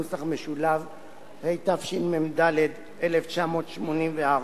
התשמ"ד 1984,